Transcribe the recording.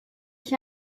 ich